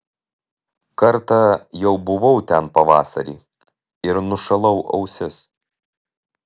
kartą jau buvau ten pavasarį ir nušalau ausis